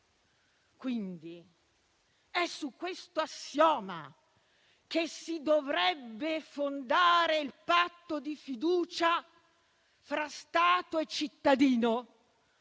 quindi su questo assioma che si dovrebbe fondare il patto di fiducia tra Stato e cittadino,